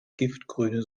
giftgrüne